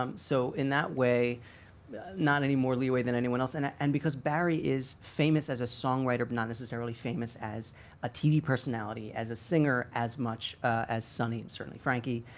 um so in that way not any more leeway than anyone else. and and because barry is famous as a songwriter, but not necessarily famous as a tv personality as a singer as much as sonny certainly frankie,